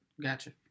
Gotcha